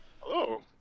Hello